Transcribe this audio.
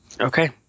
Okay